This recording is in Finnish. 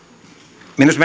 minusta